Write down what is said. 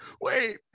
wait